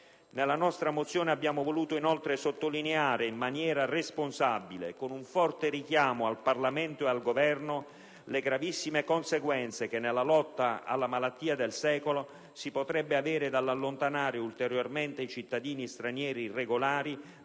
Nella nostra mozione abbiamo voluto inoltre sottolineare, in maniera responsabile, con un forte richiamo al Parlamento e al Governo, le gravissime conseguenze che nella lotta alla malattia del secolo si potrebbe avere dall'allontanare ulteriormente i cittadini stranieri irregolari